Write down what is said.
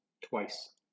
twice